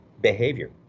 behavior